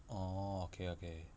orh okay okay